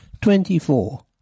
Twenty-four